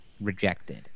rejected